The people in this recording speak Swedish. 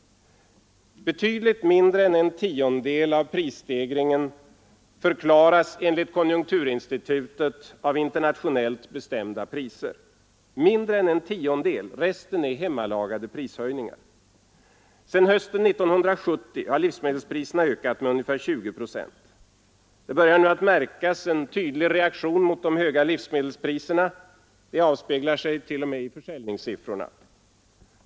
Betydligt mindre än en tiondel av prisstegringen förklaras enligt konjunkturinstitutet av internationellt bestämda priser, resten är hemmalagade prishöjningar. Sedan hösten 1970 har livsmedelspriserna ökat med ungefär 20 procent. Det börjar nu att märkas en tydlig reaktion mot de höga livsmedelspriserna, en reaktion som avspeglar sig t.o.m. i försäljningssiffrorna.